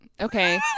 Okay